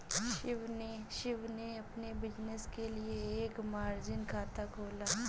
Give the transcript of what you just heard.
शिव ने अपने बिज़नेस के लिए एक मार्जिन खाता खोला